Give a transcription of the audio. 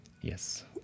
Yes